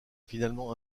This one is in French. finalement